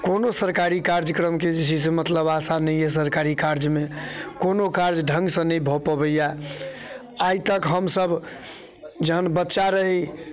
कोनो सरकारी कार्यक्रम जे छै से मतलब आशा नहि अइ सरकारी कार्यमे कोनो काज ढङ्गसँ नहि भऽ पबैए आइतक हमसब जहन बच्चा रही